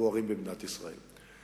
הבוערים במדינת ישראל.